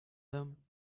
them